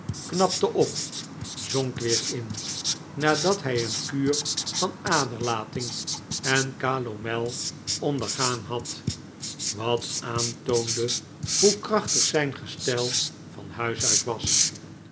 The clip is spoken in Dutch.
knapte op zonk weer in nadat hij een kuur van aderlating en calomel ondergaan had wat aantoonde hoe krachtig zijn gestel van huis uit was